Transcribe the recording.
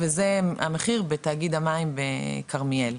וזה המחיר בתאגיד המים בכרמיאל.